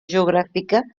geogràfica